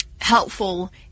helpful